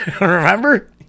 Remember